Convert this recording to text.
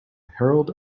herald